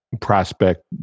prospect